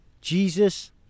Jesus